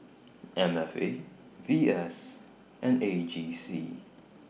M F A V S and A G C